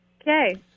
Okay